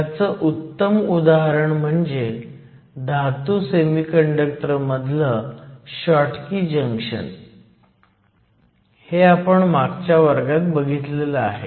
ह्याचं उत्तम उदाहरण म्हणजे धातू सेमीकंडक्टर मधलं शॉटकी जंक्शन हे आपण मागच्या वर्गात बघितलं आहे